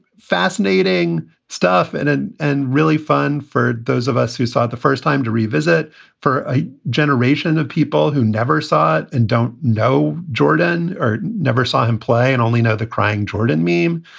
fascinating stuff and and and really fun for those of us who saw it the first time to revisit for a generation of people who never saw it and don't know jordan or never saw him play and only know the crying jordan meme.